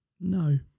No